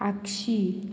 Agassaim